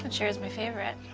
it sure is my favorite.